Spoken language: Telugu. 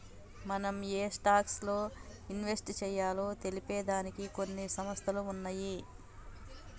మనం ఏయే స్టాక్స్ లో ఇన్వెస్ట్ చెయ్యాలో తెలిపే దానికి కొన్ని సంస్థలు ఉన్నయ్యి